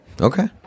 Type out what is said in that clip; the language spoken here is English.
Okay